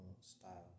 style